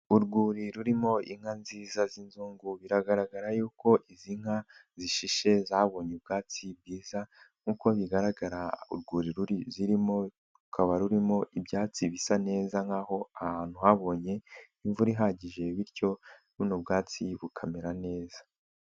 Urwuri rurimo inka nziza z'inzungu biragaragara yuko izi nka zishishe zabonye ubwatsi bwiza nk'uko bigaragara urwuri zirimo rukaba rurimo ibyatsi bisa neza nkaho ahantu habonye imvura ihagije bityo buno ubwatsi bukamera neza.